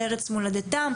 בדיוק.